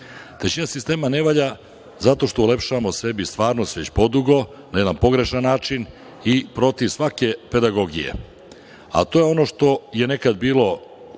Trećina sistema ne valja zato što ulepšavamo sebi stvarnost već podugo na jedan pogrešan način i protiv svake pedagogije. To je ono što je nekada bilo